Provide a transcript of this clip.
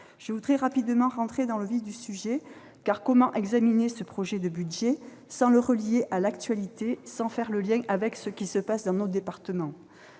J'entrerai rapidement dans le vif du sujet : comment examiner ce projet de budget sans le relier à l'actualité, sans faire le lien avec ce qui se passe dans nos départements ?